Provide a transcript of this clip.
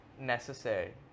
necessary